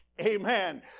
amen